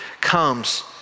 comes